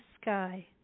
sky